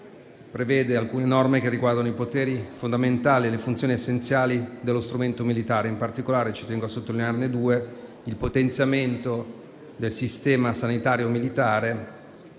prevede alcune norme che riguardano i poteri fondamentali e le funzioni essenziali dello strumento militare. In particolare, ci tengo a sottolinearne due: il potenziamento del sistema sanitario militare